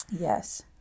Yes